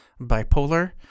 bipolar